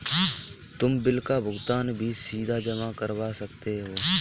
तुम बिल का भुगतान भी सीधा जमा करवा सकते हो